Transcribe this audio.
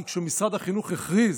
כי כשמשרד החינוך הכריז,